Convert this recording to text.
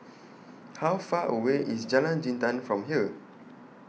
How Far away IS Jalan Jintan from here